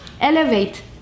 elevate